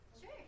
Sure